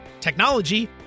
technology